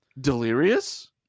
delirious